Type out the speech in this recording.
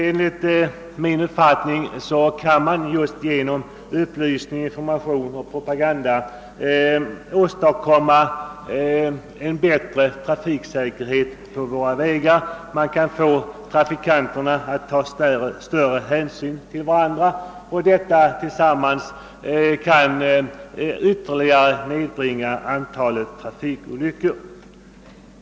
Enligt min mening är det möjligt att just genom upplysningar och propaganda åstadkomma en bättre trafiksäkerhet på våra vägar. Man kan därigenom förmå trafikanterna att ta större hänsyn till varandra, och detta tillsammans kan ytterligare nedbringa antalet trafikolyckor.